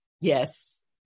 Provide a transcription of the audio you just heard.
Yes